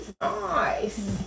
nice